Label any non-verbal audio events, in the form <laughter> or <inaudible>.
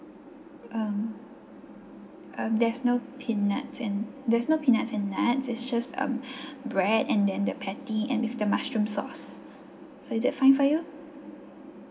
um uh there's no peanut and there's no peanuts in that it's just um <breath> bread and then the patty and with the mushroom sauce so is it fine for you